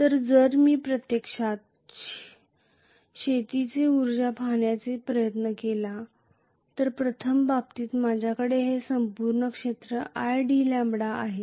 तर जर मी प्रत्यक्षात क्षेत्र उर्जा पाहण्याचा प्रयत्न केला तर प्रथम बाबतीत माझ्याकडे हे संपूर्ण क्षेत्र idλ आहे